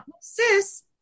Sis